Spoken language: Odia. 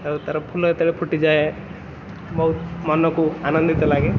ଆଉ ତା'ର ଫୁଲ ଯେତେବେଳେ ଫୁଟିଯାଏ ବହୁତ ମନକୁ ଆନନ୍ଦିତ ଲାଗେ